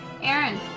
Aaron